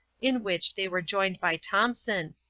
in which they were joined by thompson,